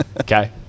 Okay